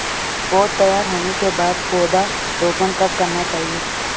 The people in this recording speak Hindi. पौध तैयार होने के बाद पौधा रोपण कब करना चाहिए?